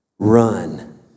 Run